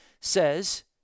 says